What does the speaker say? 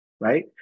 right